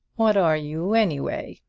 what are you, anyway?